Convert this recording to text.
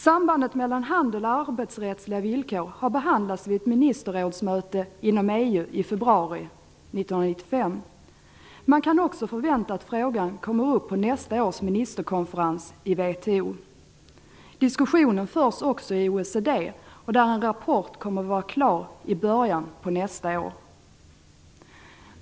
Sambandet mellan handels och arbetsrättsliga villkor har behandlats vid ett ministerrådsmöte inom EU i februari 1995. Man kan också förvänta att frågan kommer upp på nästa års ministerkonferens i WTO. Diskussionen förs också i OECD, där en rapport kommer att vara klar i början på nästa år.